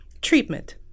treatment